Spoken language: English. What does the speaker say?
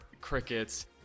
crickets